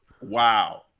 Wow